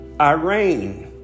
Iran